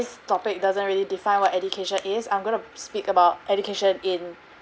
this topic doesn't really define what education is I'm going to speak about education in